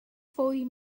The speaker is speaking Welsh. fwy